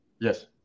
Yes